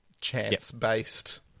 chance-based